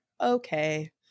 okay